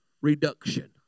reduction